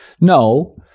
no